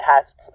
tests